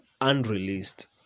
unreleased